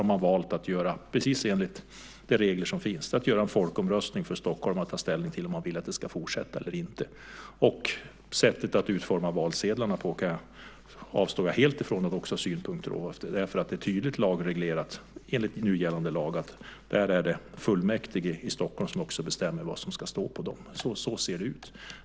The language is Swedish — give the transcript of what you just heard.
Man har valt att göra detta precis enligt de regler som finns; man gör en folkomröstning för stockholmarna så att de kan ta ställning till om de vill att det ska fortsätta eller inte. Jag avstår helt ifrån att ha synpunkter på sättet att utforma valsedlarna. Det är tydligt lagreglerat enligt nu gällande lag att det är fullmäktige i Stockholm som bestämmer vad som ska stå på dem. Så ser det ut.